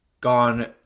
gone